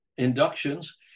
inductions